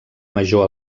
major